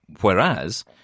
Whereas